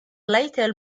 later